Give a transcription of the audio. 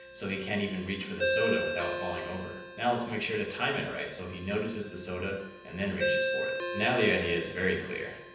so he can't even reach for the soda without falling over. now let's make sure to time it right. so he notices the soda and then reaches for it. now the idea is very clear.